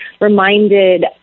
reminded